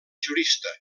jurista